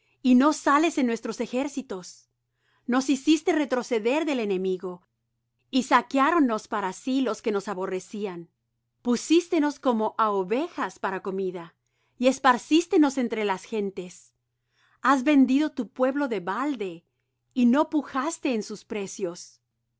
y no sales en nuestros ejércitos nos hiciste retroceder del enemigo y saqueáron nos para sí los que nos aborrecían pusístenos como á ovejas para comida y esparcístenos entre las gentes has vendido tu pueblo de balde y no pujaste en sus precios